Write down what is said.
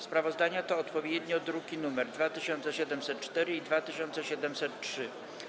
Sprawozdania to odpowiednio druki nr 2704 i 2703.